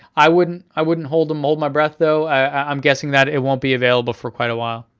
i wouldn't i wouldn't hold hold my breath, though. i'm guessing that it won't be available for quite a while.